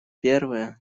первая